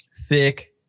thick